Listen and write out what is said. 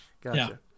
Gotcha